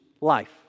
life